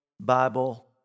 Bible